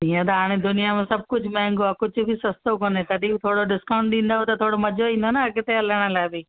ईअं त हाणे दुनिया में सभु कुझु महांगो आहे कुझु बि सस्तो कोन्हे तॾहिं बि थोड़ो डिस्काउंट ॾींदव त थोरो मजो ईंदो न अॻिते हलण लाइ बि